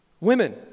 Women